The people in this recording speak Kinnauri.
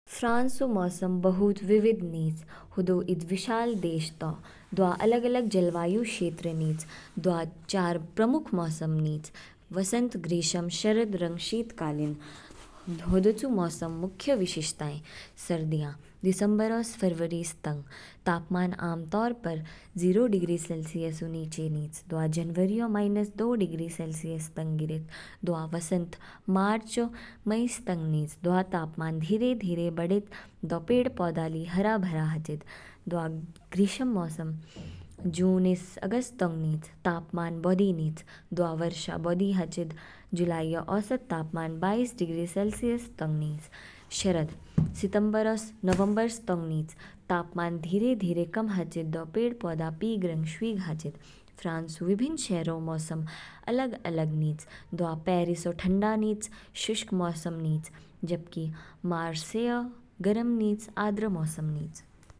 फ्रांस ऊ मौसम बहुत विविध निच, हदौ ईद विशाल देश तौ दवा अलग-अलग जलवायु क्षेत्र निच। दवा चार प्रमुख मौसम निच, वसंत, ग्रीष्म, शरद, रंग शीतकालीन। हदौचु मौसम ऊ मुख्य विशेषताएं। सर्दियाँ, दिसंबर स फरवरी तंग, तापमान आमतौर जीरो डिग्री सेलसियस नीचे निच, दवा जनवरी ऊ माइनस दो डिग्री सेलसियस तंग गिरेच। दवा वसंत, मार्च ओ मईसतंग निच, दवा तापमान धीरे-धीरे बढ़ेच दौ पेड़ पौधे ली हरे भरे हाचिद। दवा ग्रीष्म मोसम, जून स अगस्त तंग निच, तापमान बौधि निच। दवा वर्षा ली बौधि हाचिद, जुलाईऔ औसत तापमान बाईस डिग्री सेलसियस तंग निच। शरद, सितंबरस नवंबर तंग निच, तापमान धीरे धीरे कम हाचिद, पेड़ पौधे पीला रंग शवीग हाचिद। फ्रांस विभिन्न शहरो मौसम अलग-अलग निच, दवा पेरिसऔ ठंडा निच, शुष्क मौसम निच जबकि मारसेय गर्म मौसम निच आद्र निच।